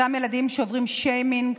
אותם ילדים שעוברים שיימינג,